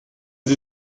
sie